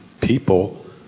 people